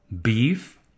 beef